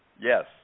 Yes